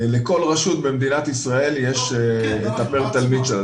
לכל רשות במדינת ישראל יש את הפר תלמיד שלה.